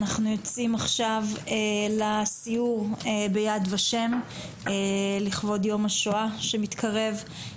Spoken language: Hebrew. אנחנו יוצאים עכשיו לסיור ביד ושם לכבוד יום השואה שמתקרב.